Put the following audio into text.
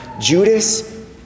Judas